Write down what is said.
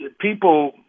people